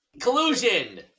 collusion